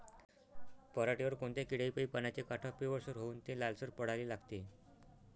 पऱ्हाटीवर कोनत्या किड्यापाई पानाचे काठं पिवळसर होऊन ते लालसर पडाले लागते?